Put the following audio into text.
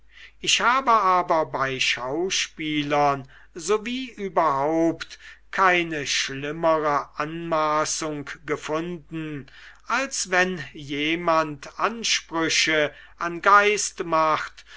ich habe aber bei schauspielern so wie überhaupt keine schlimmere anmaßung gefunden als wenn jemand ansprüche an geist macht